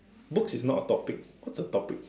books is not a topic what's a topic